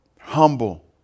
Humble